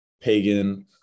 pagan